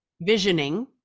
visioning